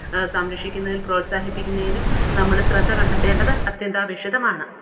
സംരക്ഷിക്കുന്നേൽ പ്രോത്സാഹിപ്പിക്കുന്നതിനും നമ്മുടെ ശ്രദ്ധ കണ്ടെത്തേണ്ടത് അത്യന്താപേക്ഷിതമാണ്